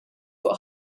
fuq